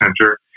Center